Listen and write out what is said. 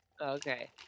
Okay